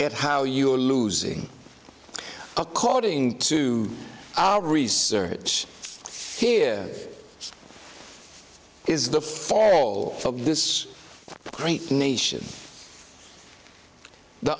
at how you are losing according to our research here is the fall of this great nation the